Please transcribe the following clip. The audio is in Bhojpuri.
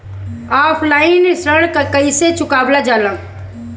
ऑफलाइन ऋण कइसे चुकवाल जाला?